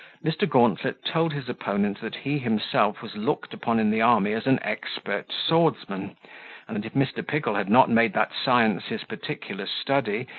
mr. gauntlet told his opponent, that he himself was looked upon in the army as an expert swordsman, and that if mr. pickle had not made that science his particular study,